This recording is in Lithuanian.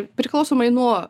priklausomai nuo